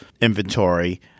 inventory